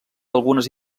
algunes